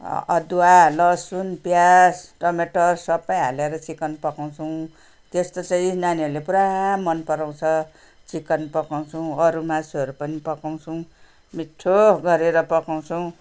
अदुवा लसुन प्याज टमटर सबै हालेर चिकन पकाउँछौँ त्यस्तो चाहिँ नानीहरूले पुरा मन पराउँछ चिकन पकाउँछौँ अरू मासुहरू पनि पकाउँछौँ मिठो गरेर पकाउँछौँ